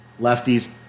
lefties